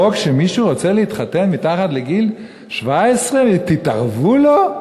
למה כשמישהו רוצה להתחתן מתחת לגיל 17, תתערבו לו?